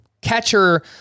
catcher